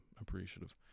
appreciative